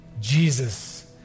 Jesus